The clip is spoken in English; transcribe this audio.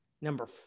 Number